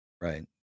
Right